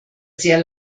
sehr